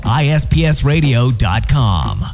ispsradio.com